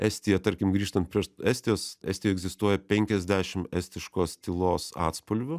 estija tarkim grįžtant prieš estijos estijoj egzistuoja penkiasdešim estiškos tylos atspalvių